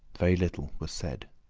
very little was said.